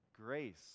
grace